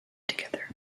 together